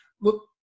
Look